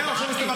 זה חוק-יסוד.